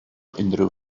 unrhyw